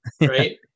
right